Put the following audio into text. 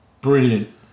Brilliant